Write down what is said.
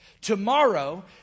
tomorrow